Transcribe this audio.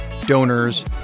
donors